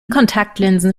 kontaktlinsen